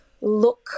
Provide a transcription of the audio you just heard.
look